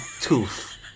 tooth